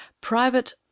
private